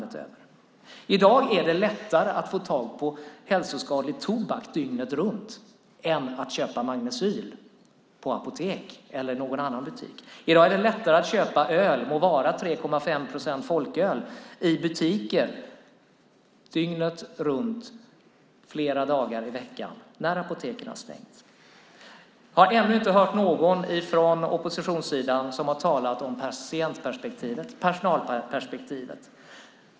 Det är i dag lättare att dygnet runt få tag på hälsoskadlig tobak än att kunna köpa magnecyl på apoteket eller i någon annan butik. Det är i dag lättare att köpa öl, må vara 3,5-procentig folköl, i butiker dygnet runt, flera dagar i veckan, när apoteket har stängt. Jag har ännu inte hört någon från oppositionssidan tala om patientperspektivet och personalperspektivet.